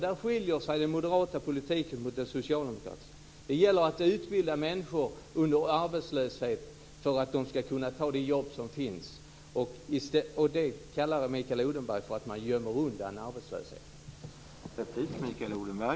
Där skiljer sig den moderata politiken från den socialdemokratiska. Det gäller att utbilda människor under arbetslöshet för att de ska kunna ta de jobb som finns. Det kallar Mikael Odenberg för att gömma undan arbetslösheten.